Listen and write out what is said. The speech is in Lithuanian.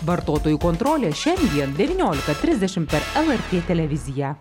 vartotojų kontrolė šiandien devyniolika trisdešimt per lrt televiziją